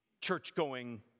church-going